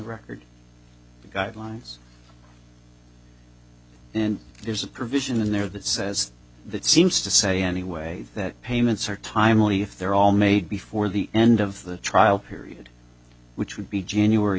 record guidelines and there's a provision in there that says that seems to say anyway that payments are timely if they're all made before the end of the trial period which would be january